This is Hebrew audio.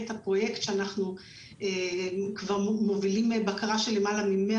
הפרויקט שאנחנו מובילים בבקרה של כבר יותר מ-100